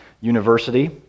University